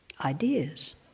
ideas